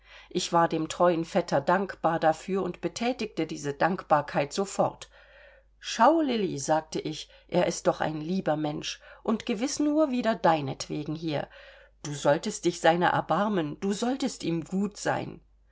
ich war dem treuen vetter dankbar dafür und bethätigte diese dankbarkeit sofort schau lilli sagte ich er ist doch ein lieber mensch und gewiß nur wieder deinetwegen hier du solltest dich seiner erbarmen du solltest ihm gut sein